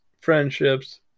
friendships